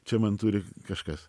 čia man turi kažkas